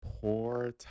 poor